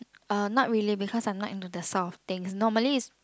uh not really because I'm not into that sort of thing normally is